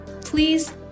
Please